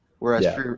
Whereas